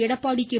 Edappadi K